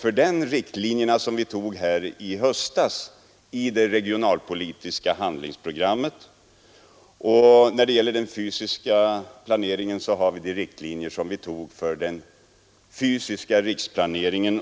Riktlinjerna, har vi i det regionalpolitiska handlingsprogrammet och för den fysiska planeringen i de riktlinjer vi samtidigt antog för den fysiska riksplaneringen.